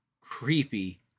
creepy